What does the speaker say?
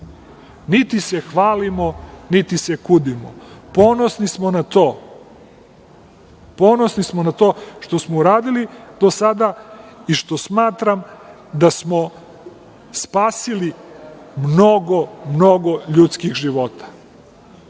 Niti se hvalimo, niti se kudimo. Ponosni smo na to, ponosni smo na to što smo uradili do sada i što smatram da smo spasili mnogo, mnogo ljudskih života,